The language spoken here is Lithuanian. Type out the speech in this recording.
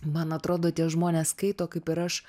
man atrodo tie žmonės skaito kaip ir aš